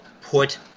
put